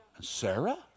Sarah